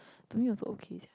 to me also okay sia